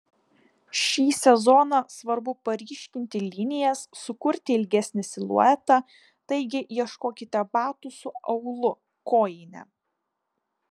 šį sezoną svarbu paryškinti linijas sukurti ilgesnį siluetą taigi ieškokite batų su aulu kojine